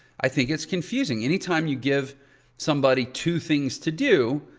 i think it's confusing. anytime you give somebody two things to do,